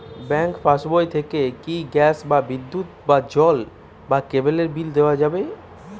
Bank পাশবই থেকে কি গ্যাস বা বিদ্যুৎ বা জল বা কেবেলর বিল দেওয়া যাবে?